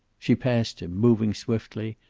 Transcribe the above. she passed him, moving swiftly,